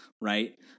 right